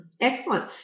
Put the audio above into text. Excellent